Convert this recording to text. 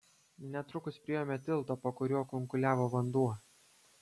netrukus priėjome tiltą po kuriuo kunkuliavo vanduo